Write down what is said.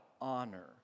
honor